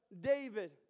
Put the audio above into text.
David